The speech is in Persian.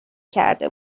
کرده